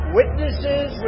witnesses